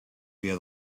via